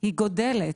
היא גדלה.